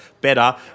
better